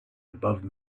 above